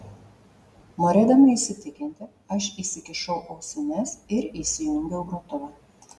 norėdama įsitikinti aš įsikišau ausines ir įsijungiau grotuvą